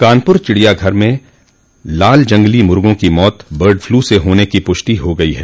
कानपुर चिड़ियाघर में लाल जंगली मुर्गों की मौत बर्डफ्लू से होने की पुष्टि हो गई है